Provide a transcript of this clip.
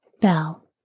Bell